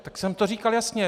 Tak jsem to říkal jasně.